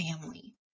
family